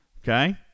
Okay